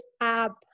app